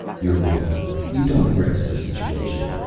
you're wrong. you don't grasp the situation.